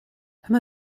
emma